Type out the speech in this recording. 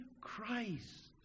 Christ